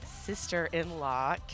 sister-in-law